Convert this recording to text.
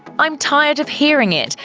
i'm tired of hearing it.